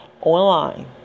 online